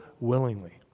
willingly